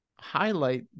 highlight